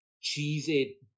cheesy